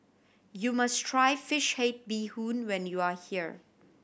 you must try fish head bee hoon when you are here